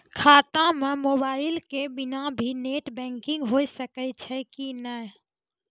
खाता म मोबाइल के बिना भी नेट बैंकिग होय सकैय छै कि नै?